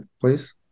please